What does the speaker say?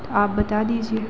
तो आप बता दीजिए